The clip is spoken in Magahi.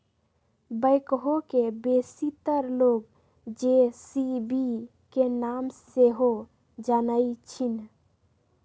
बैकहो के बेशीतर लोग जे.सी.बी के नाम से सेहो जानइ छिन्ह